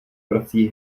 vrací